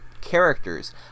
characters